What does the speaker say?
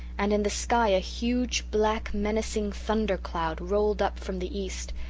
and in the sky a huge black, menacing thunder cloud rolled up from the east.